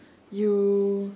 you